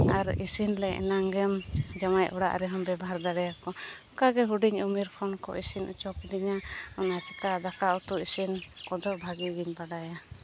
ᱟᱨ ᱤᱥᱤᱱᱞᱮ ᱮᱱᱟᱝ ᱜᱮᱢ ᱡᱟᱶᱟᱭ ᱚᱲᱟᱜ ᱨᱮᱦᱚᱸᱢ ᱵᱮᱵᱷᱦᱟᱨ ᱫᱟᱲᱮᱭ ᱟᱠᱚᱣᱟ ᱚᱱᱠᱟᱜᱮ ᱦᱩᱰᱤᱧ ᱩᱢᱮᱨ ᱠᱷᱚᱱ ᱠᱚ ᱤᱥᱤᱱ ᱦᱚᱪᱚ ᱠᱤᱫᱤᱧᱟ ᱚᱱᱟ ᱪᱤᱠᱟᱹ ᱫᱟᱠᱟ ᱩᱛᱩ ᱤᱥᱤᱱ ᱠᱚᱫᱚ ᱵᱷᱟᱹᱜᱤ ᱜᱤᱧ ᱵᱟᱰᱟᱭᱟ